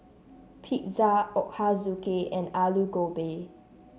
Pizza Ochazuke and Alu Gobi